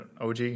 OG